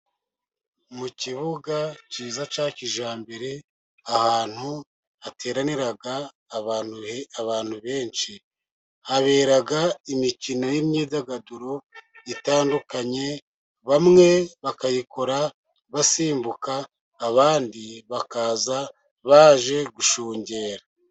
Mu kibuga cyiza cya kijyambere, ahantu hateranira abantu benshi habera imikino y'imyidagaduro itandukanye, bamwe bakayikora basimbuka abandi bakaza baje gushungera.